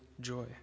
joy